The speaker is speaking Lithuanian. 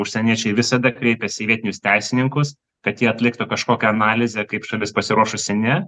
užsieniečiai visada kreipiasi į vietinius teisininkus kad jie atliktų kažkokią analizę kaip šalis pasiruošusi ne